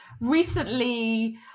recently